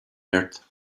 earth